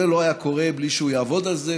זה לא היה קורה בלי שהוא יעבוד על זה,